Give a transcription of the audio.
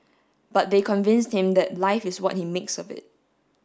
but they convinced him that life is what he makes of it